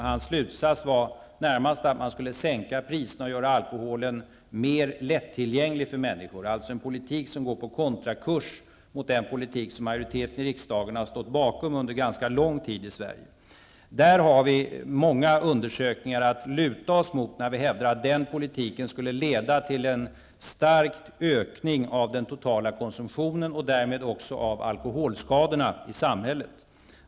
Hans slutsats var närmast att man borde sänka priserna och göra alkoholen mer lättillgänglig för människor -- alltså en politik som går på kontrakurs mot den politik som majoriteten i riksdagen har stått bakom under ganska lång tid i Vi har många undersökningar att luta oss mot när vi hävdar att den politiken skulle leda till en stark ökning av den totala konsumtionen och därmed också av alkoholskadorna i samhället.